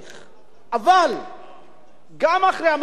אבל גם אחרי המחאה החברתית, אדוני היושב-ראש,